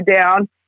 down